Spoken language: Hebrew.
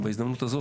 ובהזדמנות הזאת,